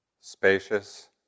spacious